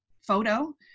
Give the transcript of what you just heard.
photo